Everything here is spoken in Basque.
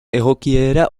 egokiera